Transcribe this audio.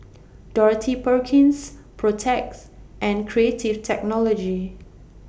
Dorothy Perkins Protex and Creative Technology